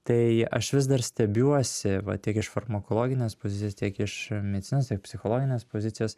tai aš vis dar stebiuosi va tiek iš farmakologinės pozicijos tiek iš medicinos ir psichologinės pozicijos